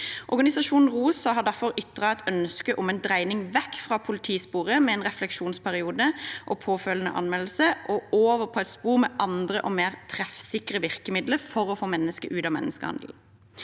Organisasjonen ROSA har derfor ytret et ønske om en dreining vekk fra politisporet, med en refleksjonsperiode og påfølgende anmeldelse, og over til et nytt spor med andre og mer treffsikre virkemidler for å få mennesker ut av menneskehandel.